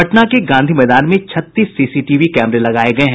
पटना के गांधी मैदान में छत्तीस सीसीटीवी कैमरे लगाये गये हैं